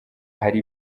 hari